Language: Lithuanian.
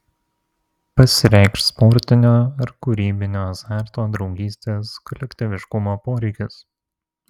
pasireikš sportinio ar kūrybinio azarto draugystės kolektyviškumo poreikis